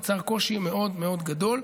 יצרו קושי מאוד מאוד גדול.